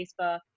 Facebook